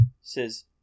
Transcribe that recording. says